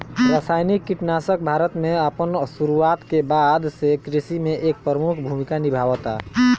रासायनिक कीटनाशक भारत में अपन शुरुआत के बाद से कृषि में एक प्रमुख भूमिका निभावता